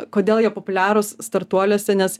kodėl jie populiarūs startuoliuose nes